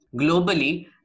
Globally